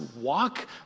walk